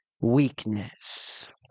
weakness